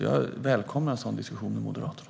Jag välkomnar en sådan diskussion i Moderaterna.